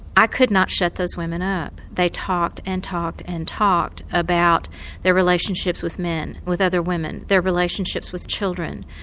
i could not shut those women up they talked and talked and talked about their relationships with men, with other women, their relationships with children,